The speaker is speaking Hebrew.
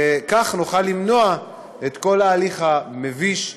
וכך נוכל למנוע את כל ההליך המביש,